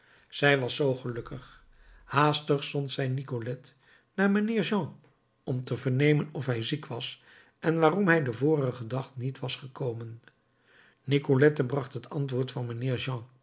zij was zoo gelukkig haastig zond zij nicolette naar mijnheer jean om te vernemen of hij ziek was en waarom hij den vorigen dag niet was gekomen nicolette bracht het antwoord van mijnheer